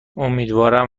امیدوارم